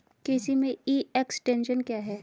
कृषि में E extension क्या है?